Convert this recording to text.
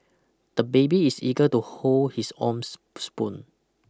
the baby is eager to hold his own spoon